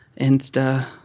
Insta